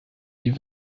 die